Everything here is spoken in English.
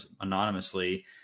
anonymously